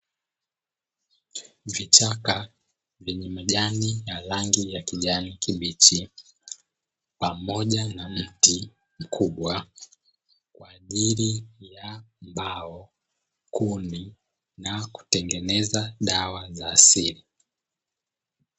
Vichaka vyenye majani ya rangi ya kijani kibichi pamoja na mti mkubwa kwa ajili ya mbao, kuni na kutengeneza dawa za asili.